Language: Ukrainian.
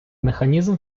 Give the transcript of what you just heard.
механізм